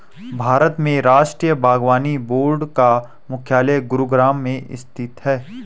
भारत के राष्ट्रीय बागवानी बोर्ड का मुख्यालय गुरुग्राम में स्थित है